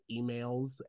emails